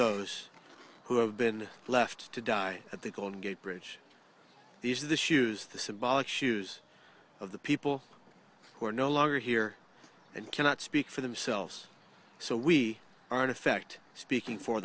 those who have been left to die at the golden gate bridge these are the shoes the symbolic shoes of the people who are no longer here and cannot speak for themselves so we are in effect speaking for